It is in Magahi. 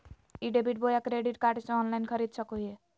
ई डेबिट बोया क्रेडिट कार्ड से ऑनलाइन खरीद सको हिए?